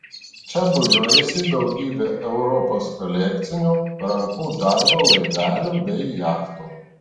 čia būriuojasi daugybė europos kolekcinių rankų darbo laivelių bei jachtų